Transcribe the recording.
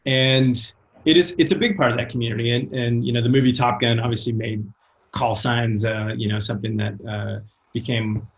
and it's it's a big part of that community. and and you know the movie top gun obviously made call signs you know something that became